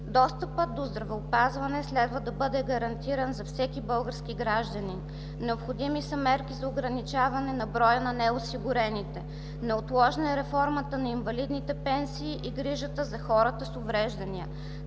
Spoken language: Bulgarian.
Достъпът до здравеопазване следва да бъде гарантиран за всеки български гражданин. Необходими са мерки за ограничаване на броя на неосигурените. Неотложна е реформа на инвалидните пенсии и грижата за хората с увреждания.